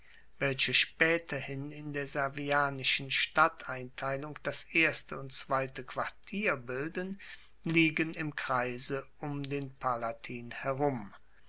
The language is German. welche spaeterhin in der servianischen stadteinteilung das erste und zweite quartier bilden liegen im kreise um den palatin herum